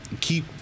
keep